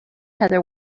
heather